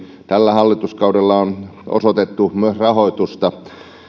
tällä hallituskaudella on osoitettu myös rahoitusta